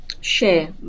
share